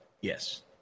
Yes